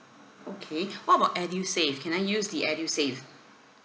okay what about edusave can I use the edusave